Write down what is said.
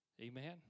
Amen